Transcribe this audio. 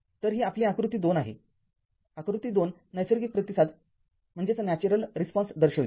तरही आपली आकृती २ आहे आकृती २ नैसर्गिक प्रतिसाद दर्शवते